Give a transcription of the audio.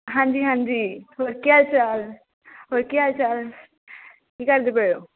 ਹਾਂਜੀ ਹਾਂਜੀ ਹੋਰ ਕੀ ਹਾਲ ਚਾਲ ਹੋਰ ਕੀ ਹਾਲ ਚਾਲ ਕੀ ਕਰਦੇ ਪਏ ਹੋ